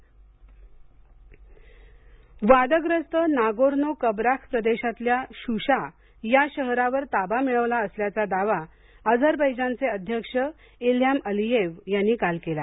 Azerbaijan वाद वादग्रस्त Nagorno Karabakh प्रदेशातल्या शुशा या शहरावर ताबा मिळवला असल्याचा दावा अझरबैजानचे अध्यक्ष इल्हॅम अलीयेव यांनी काल केला